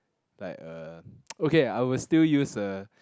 like uh okay I would still use a